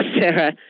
Sarah